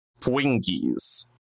Pwingies